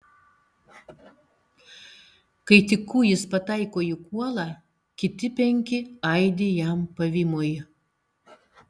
kai tik kūjis pataiko į kuolą kiti penki aidi jam pavymui